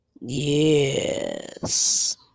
Yes